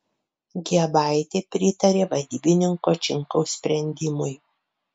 giebaitė pritarė vadybininko činkaus sprendimui